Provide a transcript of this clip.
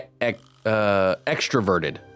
extroverted